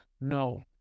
no